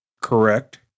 correct